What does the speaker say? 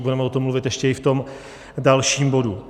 Budeme o tom mluvit ještě i v tom dalším bodu.